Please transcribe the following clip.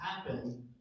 happen